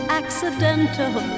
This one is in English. accidental